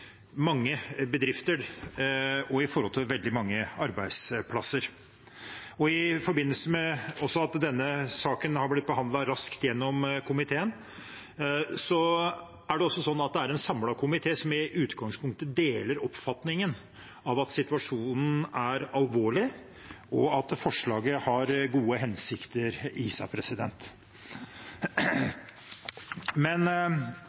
mange bedrifter og i forhold til veldig mange arbeidsplasser. Denne saken har blitt behandlet raskt i komiteen, og det er i utgangspunktet en samlet komité som deler oppfatningen om at situasjonen er alvorlig, og at forslaget har gode hensikter.